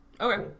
Okay